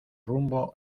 rumbo